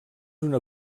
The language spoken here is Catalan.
una